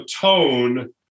tone